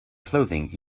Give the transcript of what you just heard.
clothing